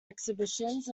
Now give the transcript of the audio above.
exhibitions